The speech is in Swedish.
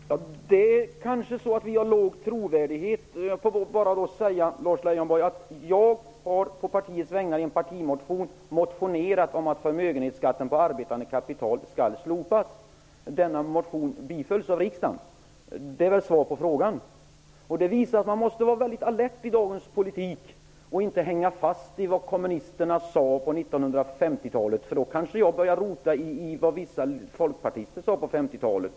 Herr talman! Det är kanske så att vi har liten trovärdighet. Jag vill då bara tala om för Lars Leijonborg att jag på partiets vägnar i en partimotion har motionerat om att förmögenhetsskatten på arbetande kapital skall slopas. Denna motion bifölls av riksdagen. Det är väl svar på frågan. Detta visar också att man måste vara väldigt alert i dagens politik och inte hänga fast vid vad kommunisterna sade på 1950-talet. Om Lars Leijonborg gör det, kanske jag börjar rota i vad vissa folkpartister sade på 50-talet.